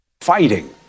fighting